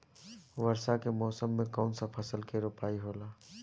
वर्षा के मौसम में कौन सा फसल के रोपाई होला?